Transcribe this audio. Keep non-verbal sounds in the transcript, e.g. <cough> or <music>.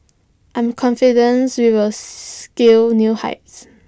I'm confident we will <unintelligible> scale new heights